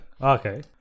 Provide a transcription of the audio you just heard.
Okay